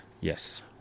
Yes